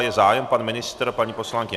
Je zájem, pan ministr, paní poslankyně?